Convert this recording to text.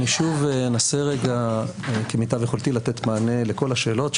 אני שוב אנסה כמיטב יכולתי לתת מענה לכל השאלות.